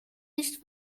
nicht